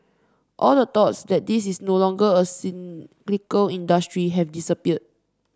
all the thoughts that this is no longer a cyclical industry have disappeared